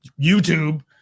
YouTube